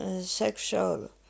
sexual